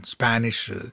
Spanish